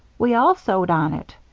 we all sewed on it,